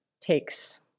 takes